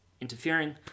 interfering